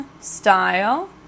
style